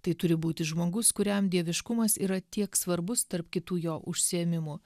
tai turi būti žmogus kuriam dieviškumas yra tiek svarbus tarp kitų jo užsiėmimų